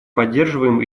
поддерживаем